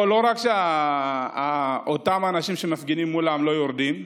פה לא רק שאותם אנשים שמפגינים מולם לא יורדים,